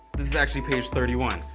this is actually page thirty one.